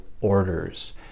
orders